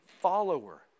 follower